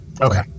Okay